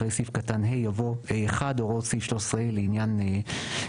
אחרי סעיף קטן (ה) יבוא: "(ה1) הוראות סעיף 13(ה) יחולו